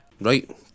Right